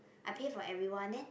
I pay for everyone then